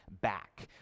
Back